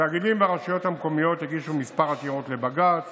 התאגידים והרשויות המקומיות הגישו כמה עתירות לבג"ץ